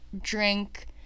drink